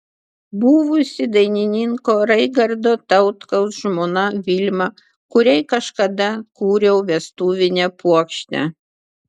buvusi dainininko raigardo tautkaus žmona vilma kuriai kažkada kūriau vestuvinę puokštę